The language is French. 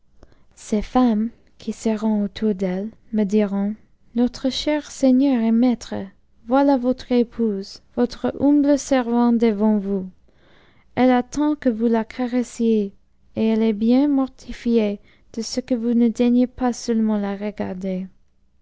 ses femmes qui seront autour d'elle me diront notre cher seigneur et maître voilà votre ëpousc votre humble servante devant vous elle attend que vous a caressiez et elle ost bien mortifiée de ce que vous ne daignez pas seulement la regarder